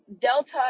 Delta